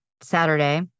Saturday